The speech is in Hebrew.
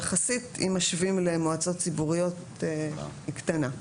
יחסית אם משווים למועצות ציבוריות, היא קטנה.